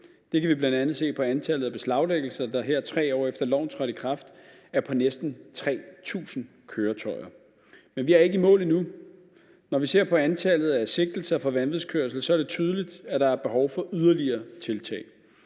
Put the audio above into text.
Det kan vi bl.a. se på antallet af beslaglæggelser, der, her 3 år efter at loven trådte i kraft, er på næsten 3.000 køretøjer. Men vi er ikke i mål endnu. Når vi ser på antallet af sigtelser for vanvidskørsel, er det tydeligt, at der er behov for yderligere tiltag.